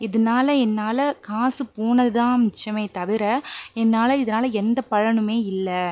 இதனால என்னால் காசு போனதுதான் மிச்சமே தவிர என்னால் இதனால் எந்த பலனுமே இல்லை